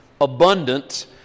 Abundant